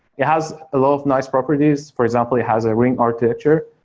it has a lot of nice properties, for example it has a ring architecture,